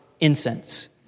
incense